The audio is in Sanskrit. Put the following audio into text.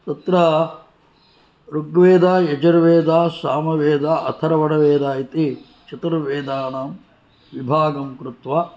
तत्र ऋग्वेदः यजुर्वेदः सामवेदः अथर्वणवेद इति चतुर्वेदानां विभागं कृत्वा